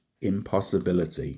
impossibility